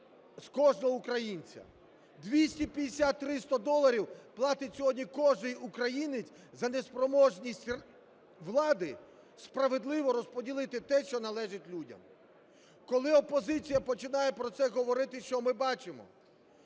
з кожного українця, 250-300 доларів платить сьогодні кожен українець за неспроможність влади справедливо розподілити те, що належить людям. Коли опозиція починає про це говорити, що ми бачимо?